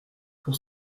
pour